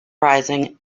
rising